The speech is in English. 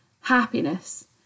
happiness